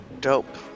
Dope